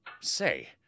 Say